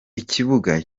ikibuga